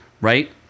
right